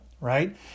right